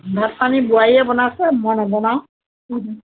ভাত পানী বোৱাৰীয়ে বনাইছে মই নবনাওঁ